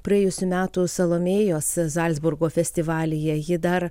praėjusių metų salomėjos zalcburgo festivalyje ji dar